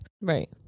Right